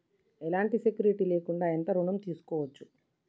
ఎలాంటి సెక్యూరిటీ లేకుండా ఎంత ఋణం తీసుకోవచ్చు?